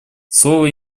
слово